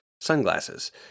sunglasses